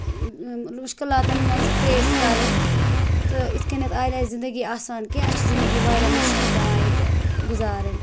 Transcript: مُشکِلاتَن منٛز فیس کَرٕنۍ تہٕ یِتھ کَنٮ۪تھ آیہِ نہٕ اَسہِ زندگی آسان کیٚنہہ اَسہِ چھِ زندگی واریاہ مُشکِل پٮ۪وان ییٚتہِ گُزارٕنۍ